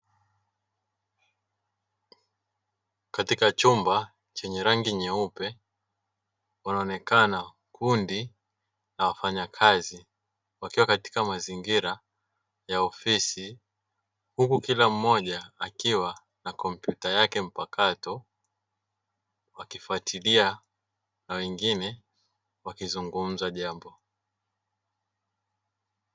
Katika chumba chenye rangi nyeupe, unaonekana kundi la wafanyakazi wakiwa katika mazingira ya ofisi, huku kila mmoja akiwa na kompyuta yake, wengine wakizungumza jambo.